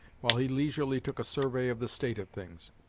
while he leisurely took a survey of the state of things.